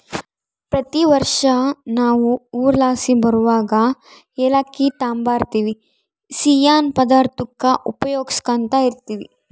ಪ್ರತಿ ವರ್ಷ ನಾವು ಊರ್ಲಾಸಿ ಬರುವಗ ಏಲಕ್ಕಿ ತಾಂಬರ್ತಿವಿ, ಸಿಯ್ಯನ್ ಪದಾರ್ತುಕ್ಕ ಉಪಯೋಗ್ಸ್ಯಂತ ಇರ್ತೀವಿ